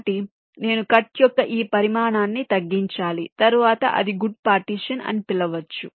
కాబట్టి నేను కట్ యొక్క ఈ పరిమాణాన్ని తగ్గించాలి తరువాత అది గుడ్ పార్టీషన్ అని పిలువచ్చు